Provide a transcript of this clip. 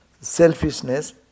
selfishness